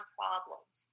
problems